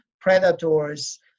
predators